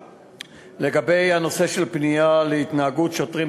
לגבי הנושא של פנייה להתנהגות שוטרים,